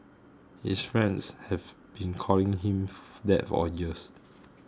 his friends have been calling him that for years